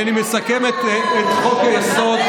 הינני מסכם את חוק-היסוד,